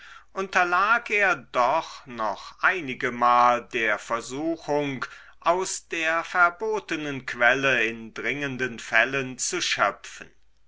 unterlag er doch noch einigemal der versuchung aus der verbotenen quelle in dringenden fällen zu schöpfen